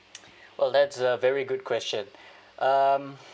well that's a very good question um